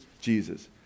Jesus